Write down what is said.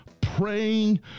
praying